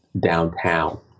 downtown